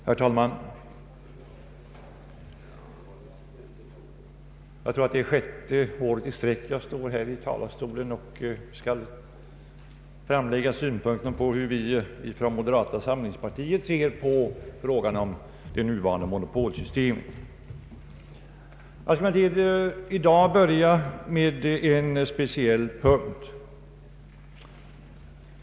Herr talman! Jag tror att det är sjätte året i följd som jag står i denna talarstol och skall framlägga synpunkter på hur vi i moderata samlingspartiet ser på frågan om det nuvarande monopolsystemet. Jag vill i dag börja med ett påpekande.